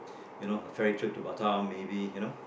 you know a ferry trip to Batam maybe you know